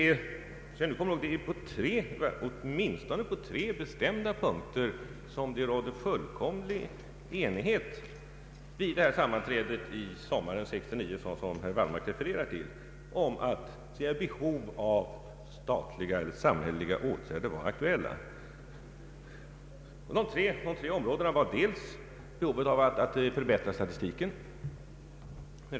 Åtminstone på tre bestämda punkter rådde det fullkomlig enighet vid ifrågavarande sammanträde på sommaren 1969, som herr Wallmark referar till, om att statliga eller samhälleliga åtgärder behövdes och var aktuella. En av dessa punkter gällde frågan om att förbättra statistiken.